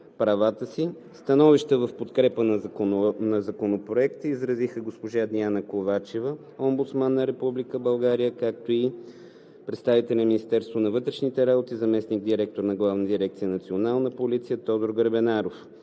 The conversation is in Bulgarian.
правата си. Становища в подкрепа на Законопроекта изказаха госпожа Диана Ковачева – Омбудсман на Република България, както и представители на Министерството на вътрешните работи, заместник директорът на Главна дирекция